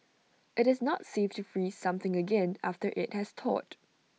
IT is not safe to freeze something again after IT has thawed